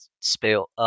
spell